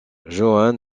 johann